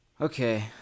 Okay